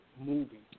moving